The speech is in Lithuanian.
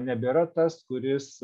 nebėra tas kuris